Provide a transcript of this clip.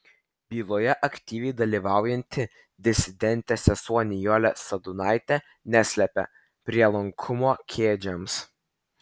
byloje aktyviai dalyvaujanti disidentė sesuo nijolė sadūnaitė neslepia prielankumo kedžiams